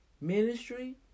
ministry